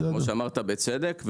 כפי שאמרת בצדק.